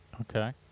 Okay